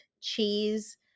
cheese